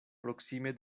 proksime